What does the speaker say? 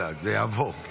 אל תדאג, זה יעבור.